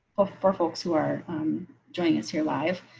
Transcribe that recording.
ah for folks who are joining us here live,